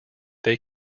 they